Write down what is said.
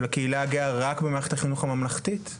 הקהילה הגאה רק במערכת החינוך הממלכתית?